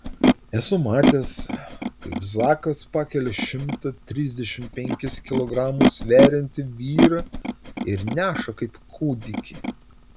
esu matęs kaip zakas pakelia šimtą trisdešimt penkis kilogramus sveriantį vyrą ir neša kaip kūdikį